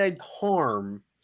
harm